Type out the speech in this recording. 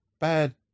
bad